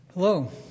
Hello